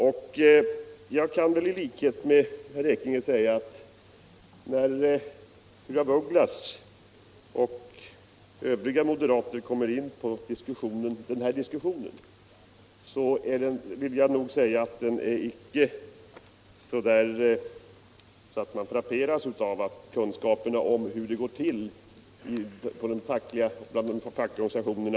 Jag kan i likhet med herr Ekinge säga att när fru af Ugglas och andra moderater kommer in på denna diskussion så frapperas man inte av några slående kunskaper om hur det går till bland fackliga organisationer.